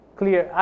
clear